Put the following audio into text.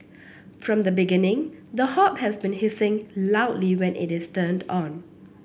from the beginning the hob has been hissing loudly when it is turned on